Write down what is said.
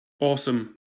awesome